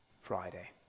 Friday